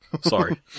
Sorry